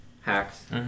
hacks